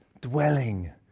dwelling